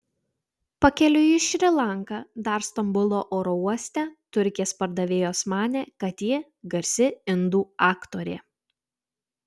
pakeliui į šri lanką dar stambulo oro uoste turkės pardavėjos manė kad ji garsi indų aktorė